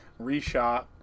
reshot